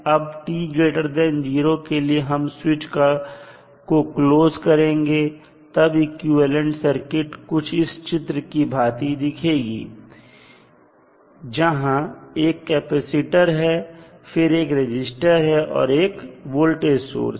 अब जब t0 के लिए हम स्विच को क्लोज करेंगे तब इक्विवेलेंट सर्किट कुछ इस चित्र की भांति दिखेगी जहां एक कैपेसिटर है फिर एक रजिस्टर और एक वोल्टेज सोर्स